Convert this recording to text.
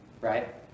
right